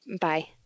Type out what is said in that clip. Bye